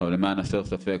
למען הסר ספק,